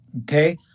Okay